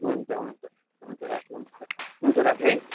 हुन्छ हुन्छ हुन्छ राखेँ हुन्छ बाय हुन्छ राखेँ है